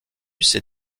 ses